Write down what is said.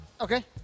Okay